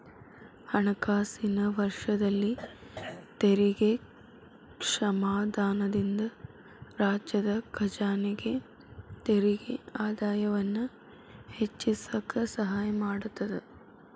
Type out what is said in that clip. ಹಣಕಾಸಿನ ವರ್ಷದಲ್ಲಿ ತೆರಿಗೆ ಕ್ಷಮಾದಾನದಿಂದ ರಾಜ್ಯದ ಖಜಾನೆಗೆ ತೆರಿಗೆ ಆದಾಯವನ್ನ ಹೆಚ್ಚಿಸಕ ಸಹಾಯ ಮಾಡತದ